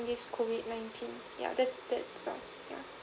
this COVID nineteen yeah that's that's all yeah